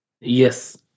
Yes